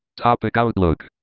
topic outlook,